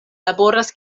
laboras